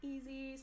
Easy